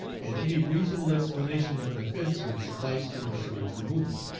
and any reasonable explanation of an offence would suffice to insure its removal.